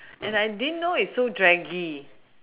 and I didn't know it's so draggy